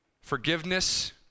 forgiveness